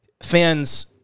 fans